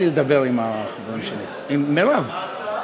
מה ההצעה?